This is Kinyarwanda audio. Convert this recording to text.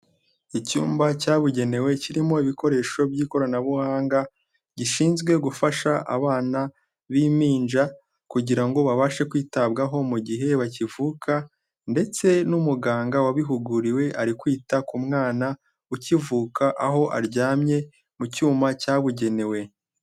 Icyumba cyabugenewe kirimo ibikoresho by'ikoranabuhanga gishinzwe gufasha abana b'impinja kugira ngo babashe kwitabwaho mu gihe bakivuka ndetse n'umuganga wabihuguriwe ari kwita ku mwana ukivuka, aho aryamye mu cyuma cyabugenewe.